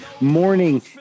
morning